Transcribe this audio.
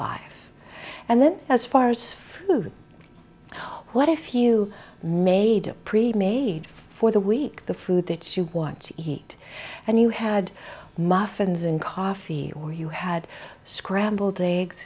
life and then as far as food what if you made a pre made for the week the food that you want to eat and you had muffins and coffee or you had scrambled eggs